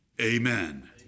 amen